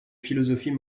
philosophies